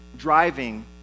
driving